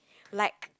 like